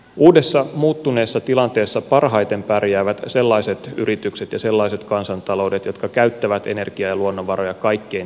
uudessa muuttuneessa tilanteessa parhaiten pärjäävät sellaiset yritykset ja sellaiset kansantaloudet jotka käyttävät energiaa ja luonnonvaroja kaikkein tehokkaimmin